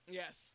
yes